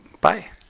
Bye